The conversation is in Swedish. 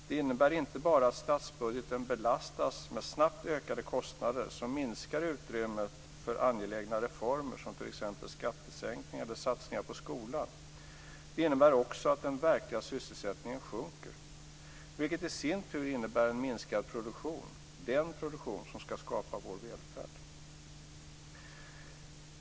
Det innebär inte bara att statsbudgeten belastas med snabbt ökade kostnader som minskar utrymmet för angelägna reformer såsom t.ex. skattesänkningar och satsningar på skolan, utan det innebär också att den verkliga sysselsättningen sjunker, vilket i sin tur innebär en minskad produktion - den produktion som ska skapa vår välfärd.